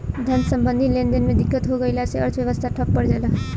धन सम्बन्धी लेनदेन में दिक्कत हो गइला से अर्थव्यवस्था ठप पर जला